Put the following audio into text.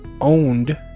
Owned